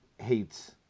hates